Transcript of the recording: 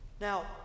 Now